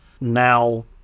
now